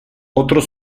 otros